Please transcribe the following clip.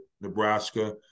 Nebraska